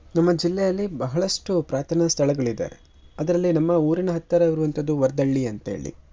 ನಮ್ಮ ಜಿಲ್ಲೆಯಲ್ಲಿ ಬಹಳಷ್ಟು ಪ್ರಾರ್ಥನಾ ಸ್ಥಳಗಳಿದೆ ಅದರಲ್ಲಿ ನಮ್ಮ ಊರಿನ ಹತ್ತಿರವಿರುವಂಥದ್ದು ವರ್ದಳ್ಳಿ ಅಂತೇಳಿ